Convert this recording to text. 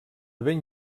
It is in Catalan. ben